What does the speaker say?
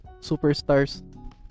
superstars